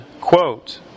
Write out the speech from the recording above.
quote